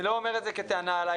אני לא אומר את זה כטענה עליך,